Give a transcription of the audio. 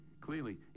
Clearly